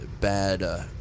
bad